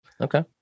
Okay